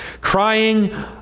crying